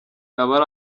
abari